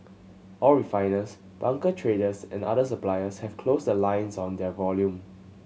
all refiners bunker traders and other suppliers have closed lines on their volume